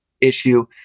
issue